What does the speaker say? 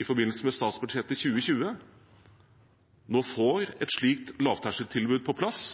i forbindelse med statsbudsjettet 2020 nå får et slikt lavterskeltilbud på plass.